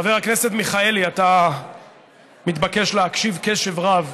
חבר הכנסת מלכיאלי, אתה מתבקש להקשיב בקשב רב,